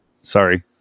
sorry